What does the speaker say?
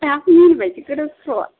जा मिनिबायसो गोदाव सोरावा